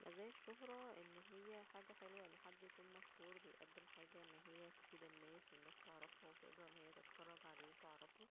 مزايا الشهرة ان هي حاجة حلوة أن حد يكون مشهور بيقدم حاجة حلوة أن هي تفيد الناس والناس تعرفها وتقدر أن هي تتفرج عليه وتعرفه